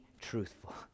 truthful